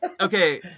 Okay